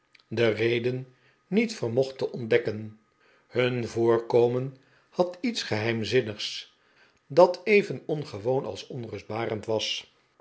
de reden niet vermocht te ontdekken hun voorkomen had iets geheimzinnigs dat even ongewoon als onrustbarend was